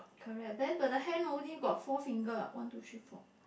correct then but the hand only got four finger ah one two three four